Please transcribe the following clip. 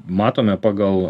matome pagal